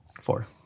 Four